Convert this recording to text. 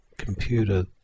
computer